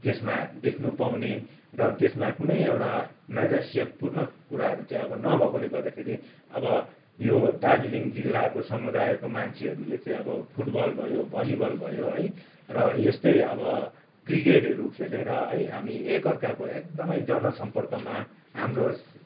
त्यसमा देख्नुपाउने र त्यसमा कुनै एउटा नैराश्यपूर्ण कुराहरू चाहिँ अब नभएकोले गर्दाखेरि अब यो दार्जिलिङ जिल्लाको समुदायको मान्छेहरूले चाहिँ अब फुटबल भयो भलिबल भयो है र यस्तै अब क्रिकेटहरू खेलेर है हामी एकाअर्काको एकदमै जनसम्पर्कमा हाम्रो